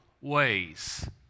ways